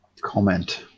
Comment